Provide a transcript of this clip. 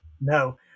No